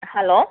hello